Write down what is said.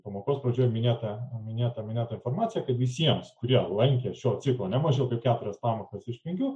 pamokos pradžioje minėtą minėtą minėtą informaciją kad visiems kurie lankė šio ciklo ne mažiau kaip keturias pamokas iš penkių